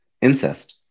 Incest